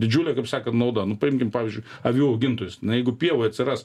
didžiulė kaip sakant nauda nu paimkim pavyzdžiui avių augintojus na jeigu pievoj atsiras